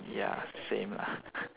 ya same lah